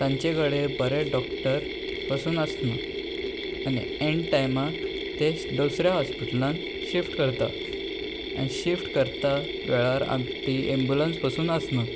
तांचे कडेन बरें डॉक्टर पसून आसना आनी एन टायमाक ते दुसऱ्या हॉस्पिटलान शिफ्ट करता आनी शिफ्ट करता वेळार आम ती एम्बुलंस पसून आसनात